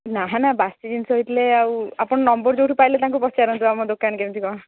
ନା ନା ବାସି ଜିନିଷ ବିକିଲେ ଆଉ ଆପଣ ନମ୍ବର ଯେଉଁଠୁ ପାଇଲେ ତାଙ୍କୁ ପଚାରନ୍ତୁ ଆମ ଦୋକାନ କେମିତି କ'ଣ